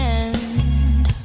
end